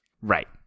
Right